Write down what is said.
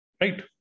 Right